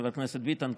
חבר הכנסת ביטן,